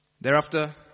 thereafter